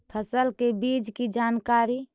फसल के बीज की जानकारी?